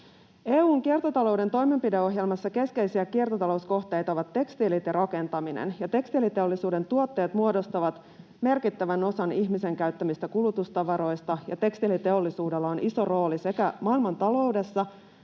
EU:n kiertotalouden toimenpideohjelmassa keskeisiä kiertotalouskohteita ovat tekstiilit ja rakentaminen. Tekstiiliteollisuuden tuotteet muodostavat merkittävän osan ihmisen käyttämistä kulutustavaroista, ja tekstiiliteollisuudella on iso rooli sekä maailmantaloudessa